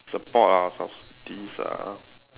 support ah of this ah